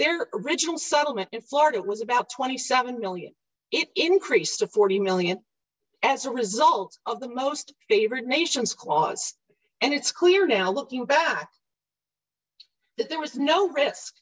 there original settlement in florida it was about twenty seven million it increased to forty million as a result of the most favored nations clause and it's clear now looking back that there was no risk